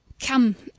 come,